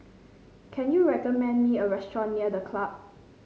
can you recommend me a restaurant near The Club